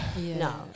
No